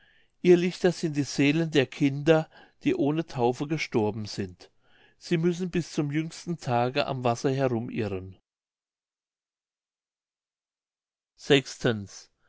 irrlichter sind die seelen der kinder die ohne taufe gestorben sind sie müssen bis zum jüngsten tage am wasser herumirren